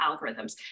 algorithms